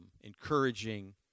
encouraging